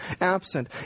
absent